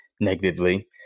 negatively